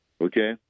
okay